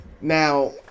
Now